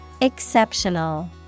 Exceptional